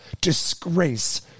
disgrace